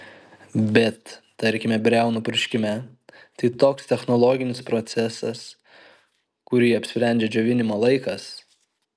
bet tarkime briaunų purškime tai toks technologinis procesas kurį apsprendžia džiovinimo laikas